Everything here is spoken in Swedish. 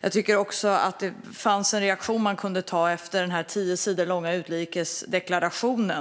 Jag tycker också att man kunde reagera efter en tio sidor lång utrikesdeklaration